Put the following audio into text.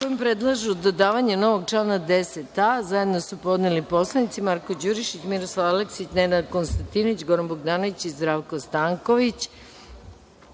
kojim predlažu dodavanje novog član a10a zajedno su podneli narodni poslanici Marko Đurišić, Miroslav Aleksić, Nenad Konstantinović, Goran Bogdanović i Zdravko Stanković. Odbor